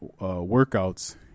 workouts